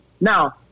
Now